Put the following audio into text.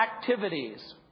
activities